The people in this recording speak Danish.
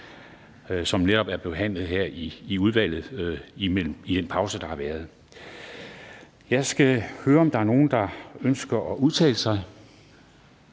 som netop er behandlet i udvalget i en pause, der har været. Jeg skal høre, om der er nogen, der ønsker at udtale sig.